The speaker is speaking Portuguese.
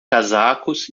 casacos